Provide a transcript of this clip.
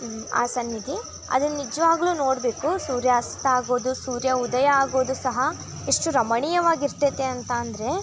ಆ ಸನ್ನಿಧಿ ಅದನ್ನು ನಿಜವಾಗ್ಲು ನೋಡಬೇಕು ಸೂರ್ಯಾಸ್ತ ಆಗೋದು ಸೂರ್ಯ ಉದಯ ಆಗೋದು ಸಹ ಎಷ್ಟು ರಮಣೀಯವಾಗಿ ಇರ್ತೈತೆ ಅಂತ ಅಂದರೆ